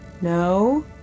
No